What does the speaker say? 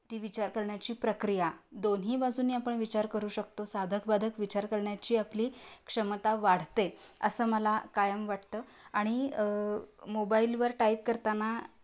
ती विचार करण्याची प्रक्रिया दोन्ही बाजूने आपण विचार करू शकतो साधकबाधक विचार करण्याची आपली क्षमता वाढते असं मला कायम वाटतं आणि मोबाईलवर टाईप करताना